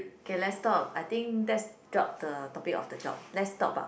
K let's stop I think let's drop the topic of the job let's talk about